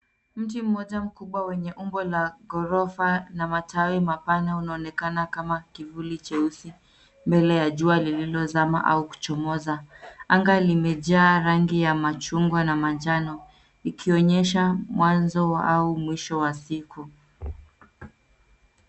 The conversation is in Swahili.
Mti mmoja mkubwa mwenye umbo la ghorofa na matawi mapana unaonekana kama kivuli cheusi mbele ya jua lililozama au kuchomoza. Anga limejaa rangi ya machungwa na manjano ikionyesha mwanzo au mwisho wa siku.